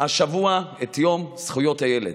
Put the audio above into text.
השבוע את יום זכויות הילד.